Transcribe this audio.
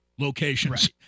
locations